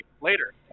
Later